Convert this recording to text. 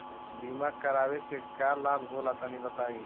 बीमा करावे से का लाभ होला तनि बताई?